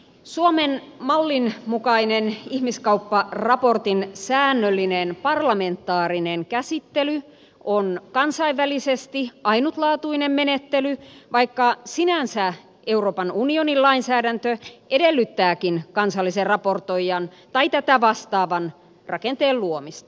suomen mallin mukainen ihmiskaupparaportin säännöllinen parlamentaarinen käsittely on kansainvälisesti ainutlaatuinen menettely vaikka sinänsä euroopan unionin lainsäädäntö edellyttääkin kansallisen raportoijan tai tätä vastaavan rakenteen luomista